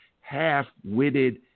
half-witted